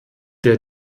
der